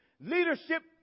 leadership